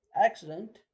accident